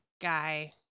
guy